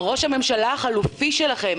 ראש הממשלה החלופי שלכם,